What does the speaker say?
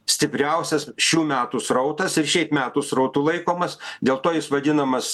stipriausias šių metų srautas ir šiaip metų srautu laikomas dėl to jis vadinamas